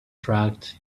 tracts